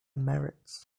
merits